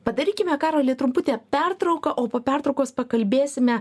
padarykime karoli trumputę pertrauką o po pertraukos pakalbėsime